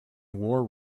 war